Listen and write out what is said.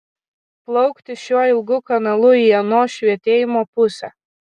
plaukti šiuo ilgu kanalu į ano švytėjimo pusę